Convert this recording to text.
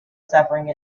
suffering